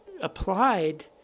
applied